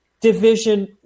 division